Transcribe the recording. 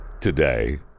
today